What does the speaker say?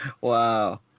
Wow